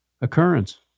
occurrence